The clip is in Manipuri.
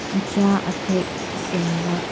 ꯑꯆꯥ ꯑꯊꯦꯛ ꯁꯤꯟꯕ